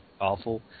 awful